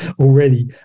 already